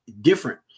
different